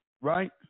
right